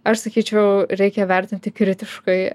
aš sakyčiau reikia vertinti kritiškai